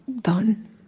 done